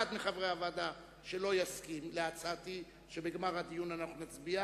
אחד מחברי הוועדה שלא יסכים להצעתי שבגמר הדיון אנחנו נצביע,